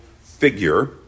figure